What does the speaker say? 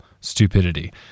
stupidity